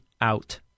out